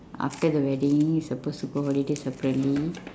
after the wedding we supposed to go holiday separately